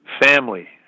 Family